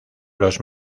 los